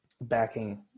backing